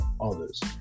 others